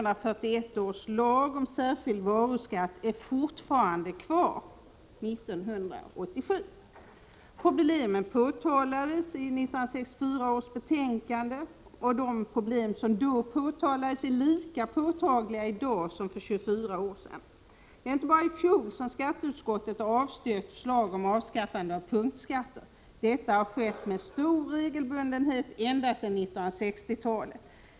De problem som påtalades i 1964 års betänkande är lika påtagliga i dag som för 24 år sedan. Det var inte bara i fjol som skatteutskottet avstyrkte förslag om avskaffande av punktskatter. Detta har skett med stor regelbundenhet ända sedan 1960-talet.